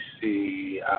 see